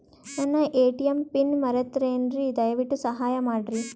ನನ್ನ ATM PIN ಮರೆತೇನ್ರೀ, ದಯವಿಟ್ಟು ಸಹಾಯ ಮಾಡ್ರಿ